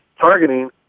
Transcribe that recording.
targeting